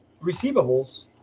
receivables